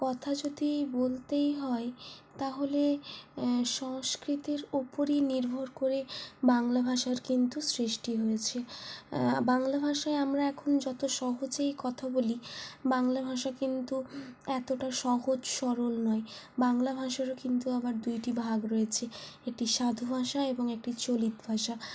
কথা যদি বলতেই হয় তাহলে সংস্কৃতের উপরই নির্ভর করে বাংলা ভাষার কিন্তু সৃষ্টি হয়েছে বাংলা ভাষায় আমরা এখন যত সহজেই কথা বলি বাংলা ভাষা কিন্তু এতটা সহজ সরল নয় বাংলা ভাষারও কিন্তু আবার দুইটি ভাগ রয়েছে একটি সাধু ভাষা এবং একটি চলিত ভাষা